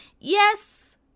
yes